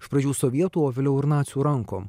iš pradžių sovietų o vėliau ir nacių rankom